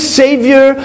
savior